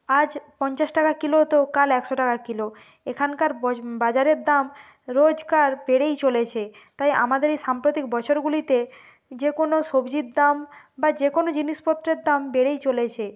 আজ পঞ্চাশ টাকা কিলো তো কাল একশো টাকা কিলো এখানকার বোজ বাজারের দাম রোজগার বেড়েই চলেছে তাই আমাদের এই সাম্প্রতিক বছরগুলিতে যে কোনো সবজির দাম বা যে কোনো জিনিসপত্রের দাম বেড়েই চলেছে